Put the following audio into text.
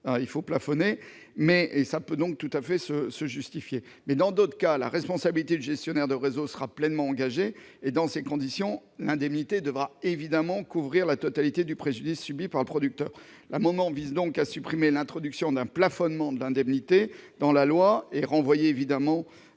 et un plafonnement de l'indemnité peut alors se justifier. Dans d'autres cas, la responsabilité du gestionnaire de réseau sera pleinement engagée et, dans ces conditions, l'indemnité devrait couvrir la totalité du préjudice subi par le producteur. Cet amendement vise donc à supprimer l'introduction d'un plafonnement de l'indemnité dans la loi, pour renvoyer à un